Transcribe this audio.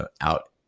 out